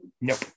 Nope